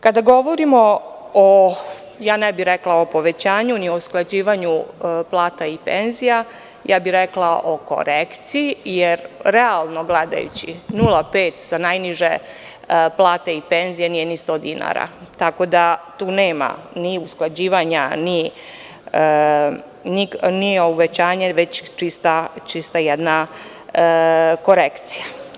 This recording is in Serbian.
Kada govorimo o povećanju, ne bih tako rekla, i o usklađivanju plata i penzija, ja bih rekla o korekciji, jer realno gledajući, 0,5 sa najniže plate i penzije, nije ni sto dinara, tako da tu nema ni usklađivanja, ni uvećanja, već je čista jedna korekcija.